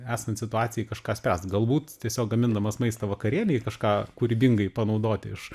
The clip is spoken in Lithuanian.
esant situacijai kažką spręst galbūt tiesiog gamindamas maistą vakarienei kažką kūrybingai panaudoti iš